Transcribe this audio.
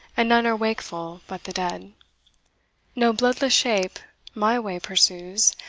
and none are wakeful but the dead no bloodless shape my way pursues,